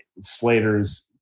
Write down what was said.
Slater's